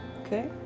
Okay